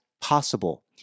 possible